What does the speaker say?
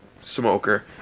smoker